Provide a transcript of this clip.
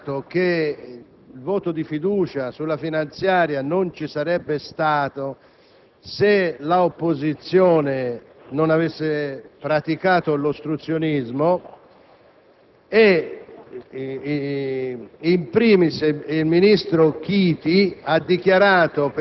cui autorevoli esponenti del Governo hanno dichiarato che il voto di fiducia sulla finanziaria non ci sarebbe stato se l'opposizione non avesse praticato l'ostruzionismo.